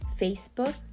Facebook